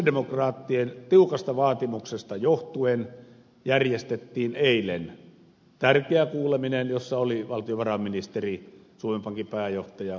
sosialidemokraattien tiukasta vaatimuksesta johtuen järjestettiin eilen tärkeä kuuleminen jossa oli valtiovarainministeri suomen pankin pääjohtaja hetemäki ja korkman